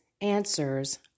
answers